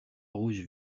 rouge